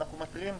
אנחנו מתריעים,